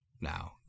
Now